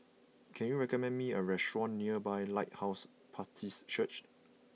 can you recommend me a restaurant nearby Lighthouse Baptist Church